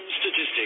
statistic